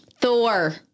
Thor